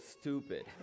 stupid